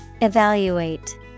Evaluate